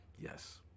Yes